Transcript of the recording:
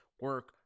Work